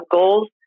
goals